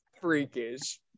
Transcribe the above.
freakish